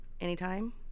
anytime